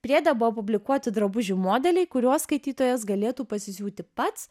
priede buvo publikuoti drabužių modeliai kuriuos skaitytojas galėtų pasisiūti pats